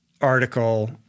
article